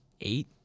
eight